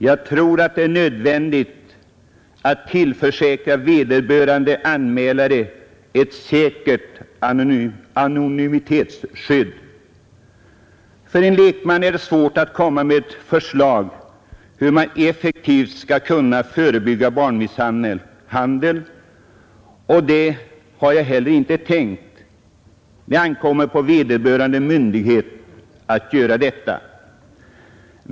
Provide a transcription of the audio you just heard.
Jag tror att det är nödvändigt att tillförsäkra vederbörande anmälare ett säkert anonymitetsskydd. För en lekman är det svårt att komma med förslag till hur man effektivt skall kunna förebygga barnmisshandel, och det har jag heller inte tänkt. Det ankommer på vederbörande myndighet att göra detta.